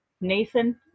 Nathan